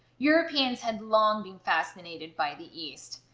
europeans had long been fascinated by the east.